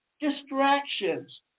distractions